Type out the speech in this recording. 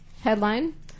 Headline